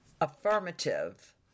affirmative